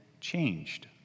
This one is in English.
changed